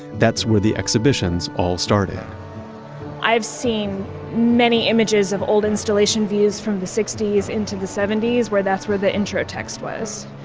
that's where the exhibitions all started i've seen many images of old installation views from the sixty s into the seventy s where that's where the intro text was.